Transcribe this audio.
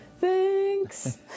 Thanks